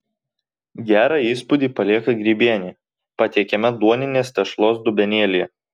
gerą įspūdį palieka grybienė patiekiama duoninės tešlos dubenėlyje